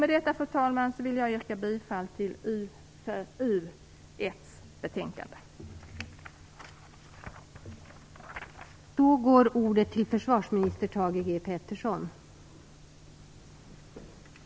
Med detta yrkar jag bifall till hemställan i utskottets betänkande, UFöU:1.